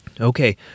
Okay